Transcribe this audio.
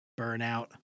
Burnout